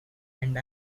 and